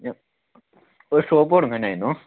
ഒരു ഷോപ് തുടങ്ങാൻ ആയിരുന്നു